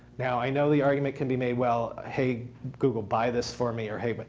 now, i know the argument can be made, well, hey, google, buy this for me or hey. but